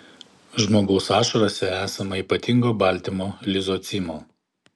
žmogaus ašarose esama ypatingo baltymo lizocimo